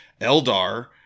Eldar